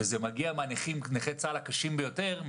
וזה מגיע מנכי צה"ל הקשים ביותר,